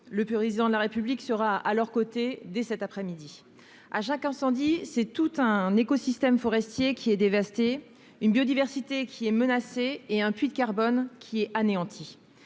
le Président de la République sera à leurs côtés dès cet après-midi. À chaque incendie, c'est tout un écosystème forestier qui est dévasté, toute une biodiversité qui est menacée et tout un puits de carbone qui est anéanti.